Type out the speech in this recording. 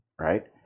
right